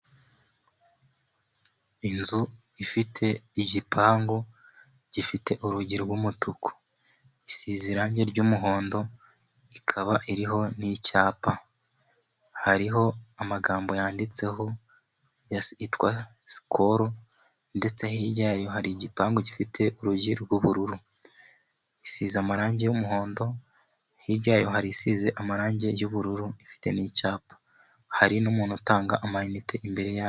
Inzu ifite igipangu gifite urugi rw'umutuku isize irangi ry'umuhondo, ikaba iriho n'icyapa hariho amagambo yanditseho sikoro ndetse hirya yayo hari igipangu gifite urugi rw'ubururu isize amarangi y'umuhondo, hirya yayo hari isize amarangi y'ubururu ifite ni icyapa hari n'umuntu utanga ama inite imbere yayo.